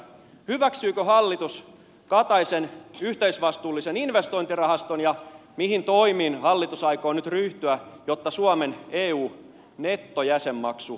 hyväksyykö hallitus kataisen yhteisvastuullisen investointirahaston ja mihin toimiin hallitus aikoo nyt ryhtyä jotta suomen eu nettojäsenmaksu alenee